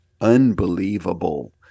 unbelievable